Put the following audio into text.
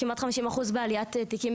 כמעט חמישים אחוז בעליית תיקים